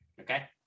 Okay